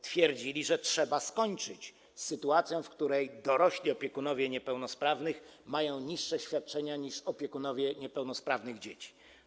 Twierdzili oni, że trzeba skończyć z sytuacją, w której dorośli opiekunowie niepełnosprawnych mają niższe świadczenia niż opiekunowie niepełnosprawnych dzieci.